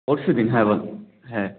পরশু দিন হ্যাঁ হ্যাঁ